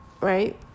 Right